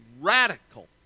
radical